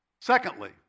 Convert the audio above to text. Secondly